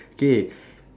K